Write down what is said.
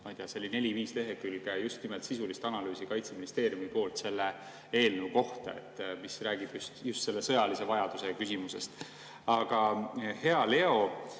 ma ei tea, neli-viis lehekülge sisulist analüüsi Kaitseministeeriumi poolt selle eelnõu kohta, mis räägib just selle sõjalise vajaduse küsimusest. Aga, hea Leo,